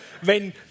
wenn